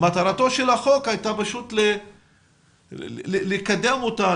מטרת החוק הייתה לקדם אותה,